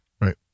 Right